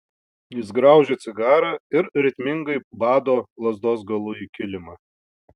jis graužia cigarą ir ritmingai bado lazdos galu į kilimą